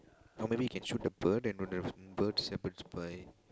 or maybe you can shoot the bird then we've a bird's Shepherd's pie